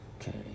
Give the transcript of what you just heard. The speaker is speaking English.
Okay